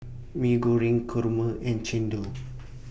Mee Goreng Kurma and Chendol